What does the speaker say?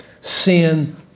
sin